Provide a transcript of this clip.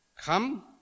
come